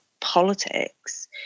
politics